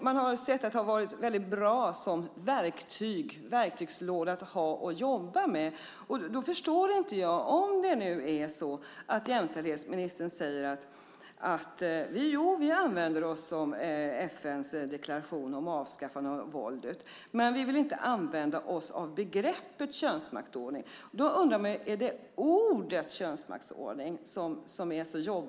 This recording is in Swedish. Man har sett att det har varit väldigt bra som verktyg, som en verktygslåda att jobba med. Då förstår inte jag det här. Jämställdhetsministern säger: Jo, vi använder oss av FN:s deklaration om avskaffande av våldet, men vi vill inte använda oss av begreppet könsmaktsordning. Då undrar man ju om det är ordet könsmaktsordning som är så jobbigt.